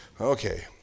Okay